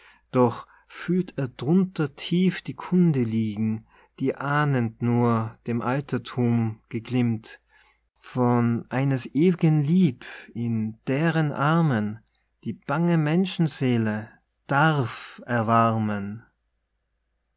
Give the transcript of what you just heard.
doch fühlt er drunter tief die kunde liegen die ahnend nur dem alterthum geglimmt von eines ew'gen lieb in deren armen die bange menschenseele darf erwarmen